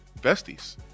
besties